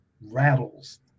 rattles